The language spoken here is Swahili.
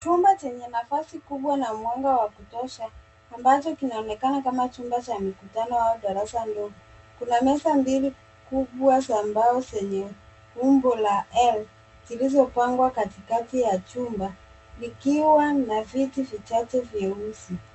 Chumba chenye nafasi kubwa na mwanga wa kutosha amabacho kinaonekana kama chumba cha mikutano au darasa dogo. Kuna meza mbili kubwa za mbao zenye umbo la L zilizopangwa katikati ya chumba, likiwa na viti vichache vyeusi.